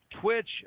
Twitch